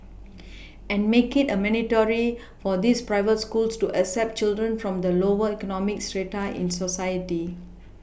and make it a mandatory for these private schools to accept children from the lower economic strata in society